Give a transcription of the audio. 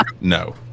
No